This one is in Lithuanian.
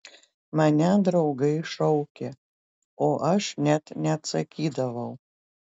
mane draugai šaukė o aš net neatsakydavau